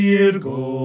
Virgo